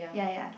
ya ya